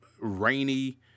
rainy